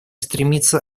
стремиться